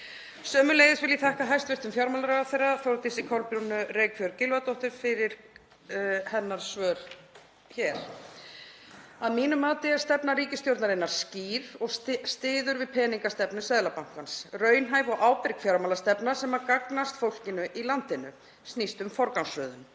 Sömuleiðis vil ég þakka hæstv. fjármálaráðherra Þórdísi Kolbrúnu Reykfjörð Gylfadóttur fyrir hennar svör hér. Að mínu mati er stefna ríkisstjórnarinnar skýr og styður við peningastefnu Seðlabankans. Raunhæf og ábyrg fjármálastefna sem gagnast fólkinu í landinu snýst um forgangsröðun.